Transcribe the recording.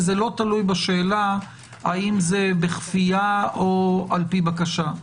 וזה לא תלוי בשאלה אם זה בכפייה או לפי בקשה.